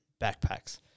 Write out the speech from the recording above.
backpacks